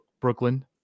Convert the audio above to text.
Brooklyn